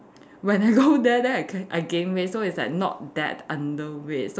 when I go there then I gain I gain weight so it's like not that underweight so